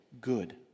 good